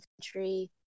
country